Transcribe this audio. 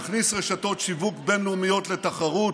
נכניס רשתות שיווק בין-לאומיות לתחרות,